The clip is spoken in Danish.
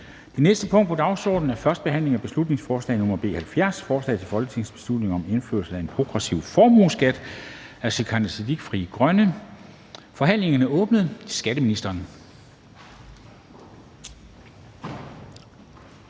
Det næste punkt på dagsordenen er: 6) 1. behandling af beslutningsforslag nr. B 70: Forslag til folketingsbeslutning om indførelse af en progressiv formueskat. Af Sikandar Siddique (FG) m.fl. (Fremsættelse